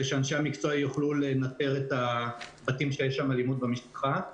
שאנשי המקצוע יוכלו לנטר את הבתים שיש בהם אלימות במשפחה.